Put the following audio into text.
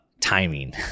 timing